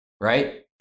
right